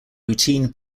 routine